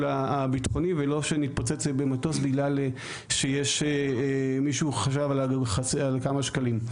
הביטחוני ולא שנתפוצץ במטוס בגלל שיש מישהו שחסך על כמה שקלים.